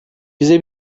bize